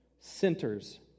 centers